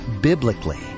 biblically